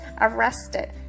arrested